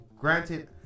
granted